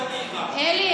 אלי,